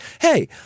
Hey